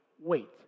wait